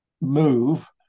move